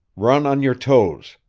run on your toes.